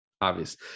Obvious